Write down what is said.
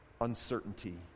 uncertainty